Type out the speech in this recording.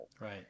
Right